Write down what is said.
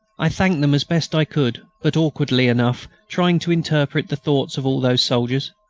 i thanked them as best i could, but awkwardly enough, trying to interpret the thoughts of all those soldiers.